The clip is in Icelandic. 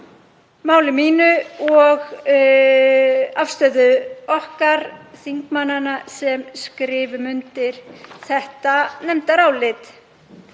máli mínu og afstöðu okkar þingmannanna sem skrifum undir þetta nefndarálit.